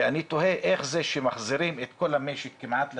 ואני תוהה איך זה שמחזירים את כל המשק כמעט לשגרה,